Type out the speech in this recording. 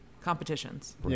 competitions